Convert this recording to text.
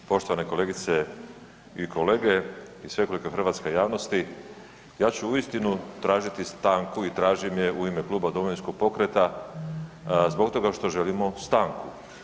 Poštovane kolegice i kolege i svekolika hrvatska javnosti, ja ću uistinu tražiti stanku i tražim je u ime Kluba Domovinskog pokreta zbog toga što želimo stanku.